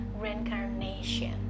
reincarnation